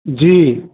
जी